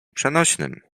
przenośnym